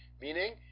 Meaning